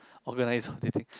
organise